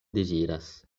deziras